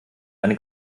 eine